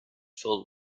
filled